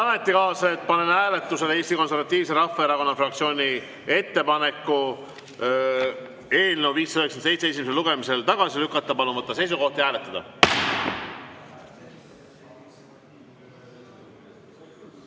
ametikaaslased, panen hääletusele Eesti Konservatiivse Rahvaerakonna fraktsiooni ettepaneku eelnõu 597 esimesel lugemisel tagasi lükata. Palun võtta seisukoht ja hääletada!